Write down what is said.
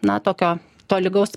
na tokio tolygaus